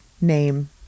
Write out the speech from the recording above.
name